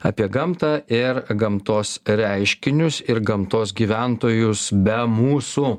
apie gamtą ir gamtos reiškinius ir gamtos gyventojus be mūsų